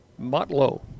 Motlow